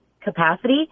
capacity